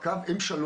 קו M3,